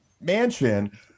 mansion